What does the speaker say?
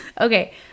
Okay